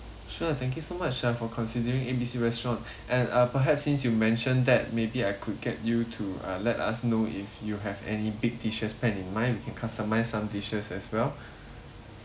sure thank you so much time uh for considering A B C restaurant and uh perhaps since you mentioned that maybe I could get you to uh let us know if you have any big dishes planned in mind we can customize some dishes as well